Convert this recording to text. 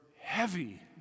heavy